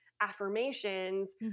affirmations